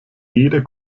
jeder